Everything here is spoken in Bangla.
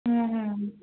হ্যাঁ হ্যাঁ